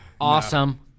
awesome